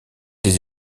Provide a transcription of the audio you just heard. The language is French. des